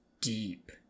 deep